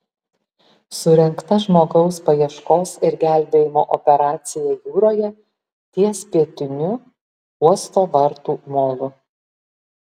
surengta žmogaus paieškos ir gelbėjimo operacija jūroje ties pietiniu uosto vartų molu